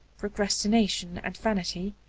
procrastination and vanity,